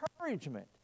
encouragement